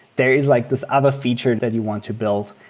there is like this other feature that you want to build.